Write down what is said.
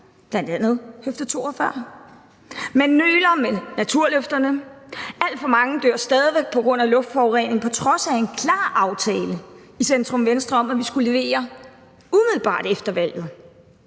Man nøler med naturløfterne; alt for mange dør stadig væk på grund af luftforurening på trods af en klar aftale i centrum-venstre om, at vi skulle levere umiddelbart efter valget.